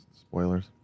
spoilers